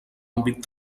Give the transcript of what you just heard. àmbit